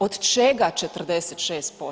Od čega 46%